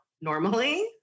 normally